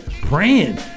praying